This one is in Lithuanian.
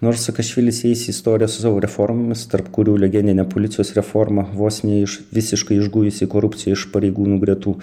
nors sakašvilis įeis į istoriją su savo reformomis tarp kurių legendinė policijos reforma vos ne iš visiškai išgujusi korupciją iš pareigūnų gretų